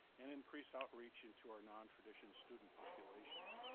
and increase outreach into our non-tradition student populations.